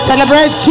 Celebrate